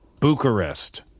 Bucharest